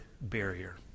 barrier